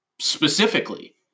specifically